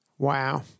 Wow